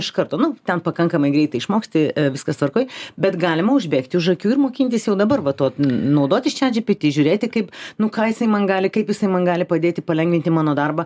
iš karto nu ten pakankamai greitai išmoksti viskas tvarkoj bet galima užbėgti už akių ir mokintis jau dabar va tuo naudotis chatgpt žiūrėti kaip nu ką jisai man gali kaip jisai man gali padėti palengvinti mano darbą